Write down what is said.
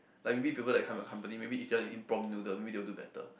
like maybe to people come your company maybe you tell them eat prawn noodle maybe they will do better